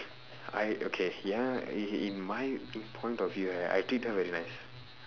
I okay ya in in my point of view right I treat her very nice